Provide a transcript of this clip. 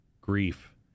grief